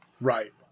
Right